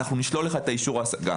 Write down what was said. נשלול לך את אישור ההעסקה.